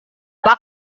pak